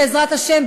בעזרת השם,